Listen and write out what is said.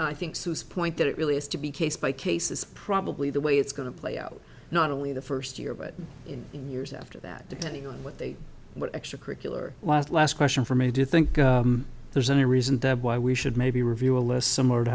i think seuss point that it really has to be case by case is probably the way it's going to play out not only the first year but in years after that depending on what they what extracurricular last last question for me do you think there's any reason why we should maybe review a less s